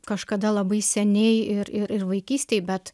kažkada labai seniai ir ir vaikystėj bet